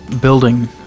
building